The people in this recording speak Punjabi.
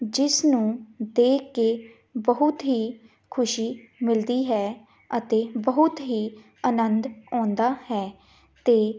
ਜਿਸਨੂੰ ਦੇਖ ਕੇ ਬਹੁਤ ਹੀ ਖੁਸ਼ੀ ਮਿਲਦੀ ਹੈ ਅਤੇ ਬਹੁਤ ਹੀ ਅਨੰਦ ਆਉਂਦਾ ਹੈ ਅਤੇ